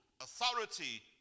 authority